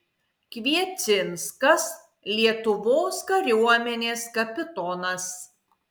kviecinskas lietuvos kariuomenės kapitonas